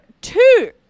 two